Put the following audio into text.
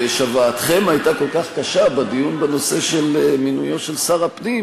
שוועתכם הייתה כל כך קשה בדיון בנושא של מינויו של שר הפנים,